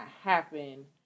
happen